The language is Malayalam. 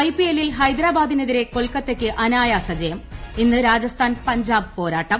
ഐപിഎല്ലി ൽ ഹൈദരാബാദിനെതിരെ കൊൽക്കത്തയ്ക്ക് അനായാസ ജയം ഇന്ന് രാജസ്ഥാൻ പഞ്ചാബ് പോരാട്ടം